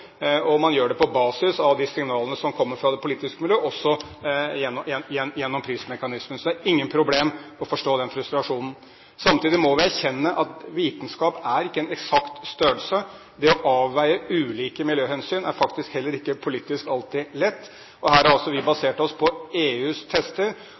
og man gjør det på basis av de signalene som kommer fra det politiske miljø, også gjennom prismekanismene. Så jeg har ingen problemer med å forstå den frustrasjonen. Samtidig må vi erkjenne at vitenskap er ikke en eksakt størrelse. Det å avveie ulike miljøhensyn er faktisk heller ikke politisk alltid lett. Her har altså vi basert oss på EUs tester,